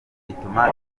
ituma